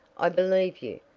i believe you,